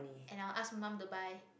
and i will ask my mum to buy